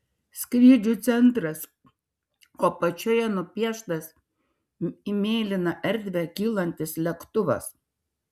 skrydžių centras o apačioje nupieštas į mėlyną erdvę kylantis lėktuvas